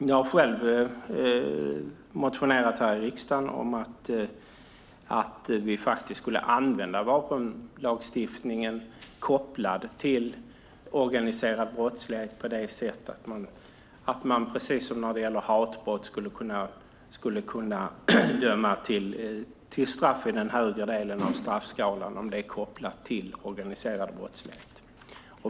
Jag har själv motionerat här i riksdagen om att använda vapenlagstiftningen när brott är kopplade till organiserad brottslighet. Precis som när det gäller hatbrott skulle man kunna döma till straff i den högre delen av straffskalan om brottet är kopplat till organiserad brottslighet.